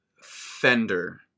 Fender